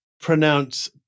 pronounce